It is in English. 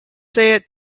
said